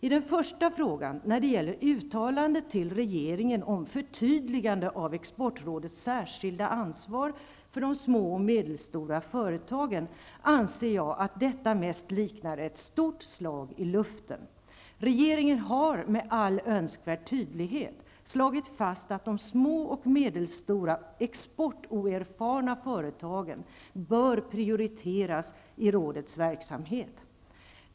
I den första frågan, angående uttalande till regeringen om förtydligande av exportrådets särskilda ansvar för de små och medelstora företagen, anser jag att det hela mest liknar ett stort slag i luften. Regeringen har med all önskvärd tydlighet slagit fast att ''de små och medelstora exportoerfarna företagen bör prioriteras i rådets verksamhet''.